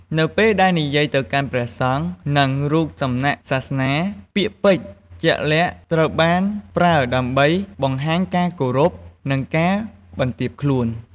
នៅពេលនិយាយទៅកាន់ព្រះសង្ឃ និងរូបសំណាកសាសនា ពាក្យពេចន៍ជាក់លាក់ត្រូវបានប្រើដើម្បីបង្ហាញការគោរព និងការបន្ទាបខ្លួន។